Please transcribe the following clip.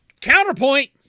counterpoint